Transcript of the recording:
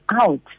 out